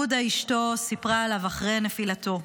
הודא אשתו סיפרה עליו אחרי נפילתו: